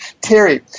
Terry